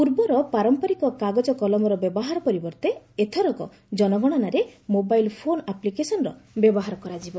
ପୂର୍ବର ପାରମ୍ପରିକ କାଗଜ କଲମର ବ୍ୟବହାର ପରିବର୍ତ୍ତେ ଏଥରକର କନଗଣନାରେ ମୋବାଇଲ୍ ଫୋନ୍ ଆପ୍ଲିକେସନ୍ର ବ୍ୟବହାର କରାଯିବ